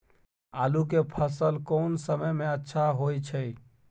आलू के फसल कोन समय में अच्छा होय छै?